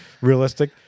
realistic